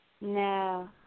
No